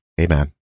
amen